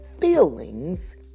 feelings